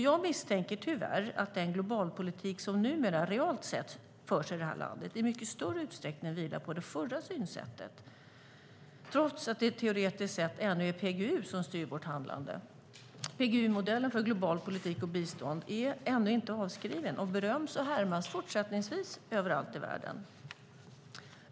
Jag misstänker tyvärr att den globala politik som numera realt sett förs i landet i mycket större utsträckning vilar på det förra synsättet, trots att det teoretiskt sett ännu är PGU som styr vårt handlande. PGU-modellen för global politik och bistånd är ännu inte avskriven, och den beröms och härmas fortsättningsvis överallt i världen.